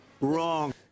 Wrong